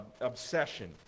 obsession